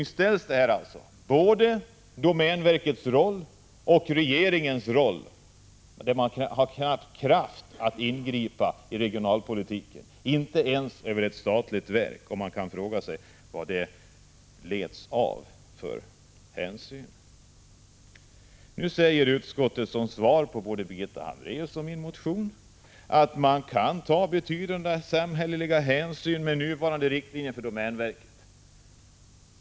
Här ställs i blixtbelysning både domänverkets och regeringens roll när det gäller kraften att ingripa i regionalpolitiken. När inte ens ett statligt verk tar regionalpolitiska hänsyn, då kan man verkligen fråga sig vilka riktlinjer man arbetar efter. Som svar på både min och Birgitta Hambraeus motion säger utskottet att domänverket kan ta betydande samhälleliga hänsyn också med de nuvarande riktlinjerna för verksamheten.